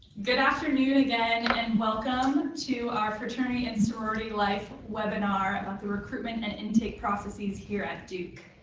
good afternoon again and welcome to our fraternity and sorority life webinar of the recruitment and intake processes here at duke.